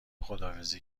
خداحافظی